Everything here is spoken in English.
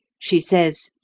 she says